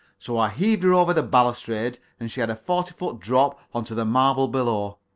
so i heaved her over the balustrade and she had a forty-foot drop on to the marble below.